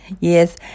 Yes